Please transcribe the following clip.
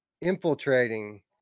infiltrating